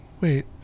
wait